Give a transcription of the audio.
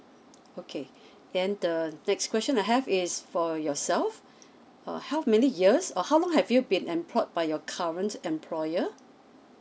okay and the next question I have is for yourself uh how many years or how long have you been employed by your current employer